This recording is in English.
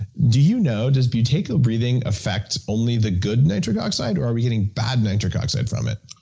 do you know does buteyko breathing affect only the good nitric oxide, or are we getting bad nitric oxide from it?